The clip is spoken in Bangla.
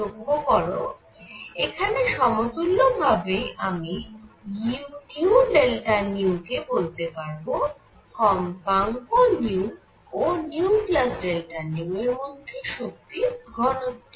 লক্ষ্য করো এখানে সমতুল্য ভাবেই আমি u কে বলতে পারব কম্পাঙ্ক ν ও ν র মধ্যের শক্তি ঘনত্ব